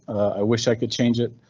i wish i could change it.